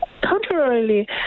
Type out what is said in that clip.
Contrarily